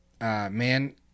Man